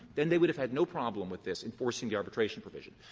then they would have had no problem with this enforcing the arbitration provision.